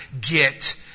get